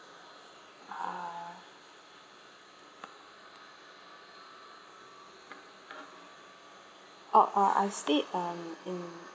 uh orh uh I stayed um in